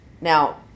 Now